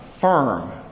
firm